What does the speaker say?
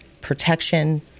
protection